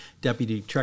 Deputy